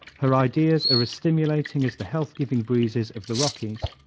her ideas are as stimulating as the health-giving breezes of the rockies.